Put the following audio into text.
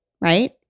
right